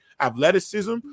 athleticism